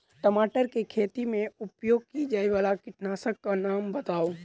टमाटर केँ खेती मे उपयोग की जायवला कीटनासक कऽ नाम बताऊ?